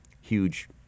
huge